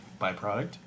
byproduct